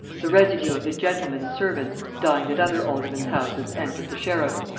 the residue of his gentlemen and servants dined at other aldermen's houses and with the sheriffs,